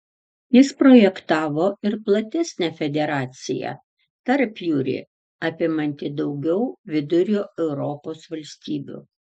jis projektavo ir platesnę federaciją tarpjūrį apimantį daugiau vidurio europos valstybių